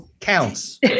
counts